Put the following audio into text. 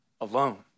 alone